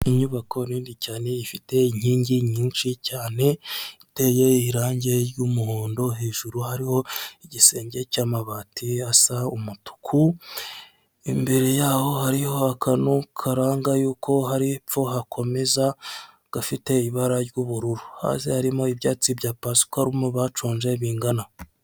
Inyubako nini cyane ifite inkingi nyinshi cyane iteye irangi ry'umuhondo hejuru hariho igisenge cy'amabati asa umutuku imbere yaho hariho akantu karanga yuko hari epfo hakomeza gafite ibara ry'ubururu hasi harimo ibyatsi bya Pasikaruma baconze bingana.